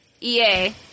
EA